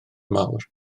mawr